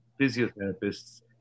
physiotherapists